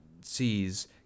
sees